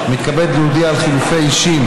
אני מתכבד להודיע על חילופי אישים